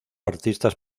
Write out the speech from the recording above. artistas